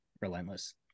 relentless